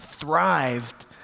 thrived